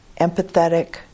empathetic